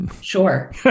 sure